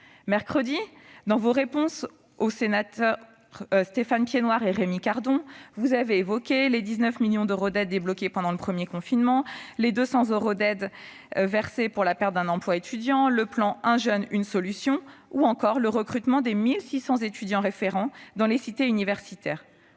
Mercredi, dans vos réponses aux sénateurs Stéphane Piednoir et Rémi Cardon, vous avez évoqué les 19 millions d'euros d'aides débloqués pendant le premier confinement, les 200 euros versés pour compenser la perte d'un emploi étudiant, le plan « 1 jeune, 1 solution » ou encore le recrutement de 1 600 étudiants référents dans les cités universitaires.